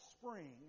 spring